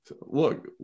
look